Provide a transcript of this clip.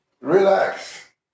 Relax